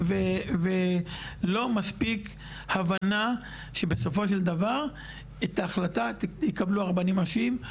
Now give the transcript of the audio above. ולא מספיק הבנה שבסופו של דבר את ההחלטה יקבלו הרבנים הראשיים,